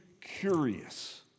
curious